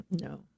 No